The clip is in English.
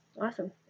Awesome